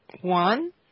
One